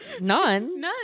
none